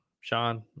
Sean